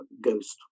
ghost